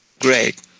Great